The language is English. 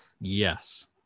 Yes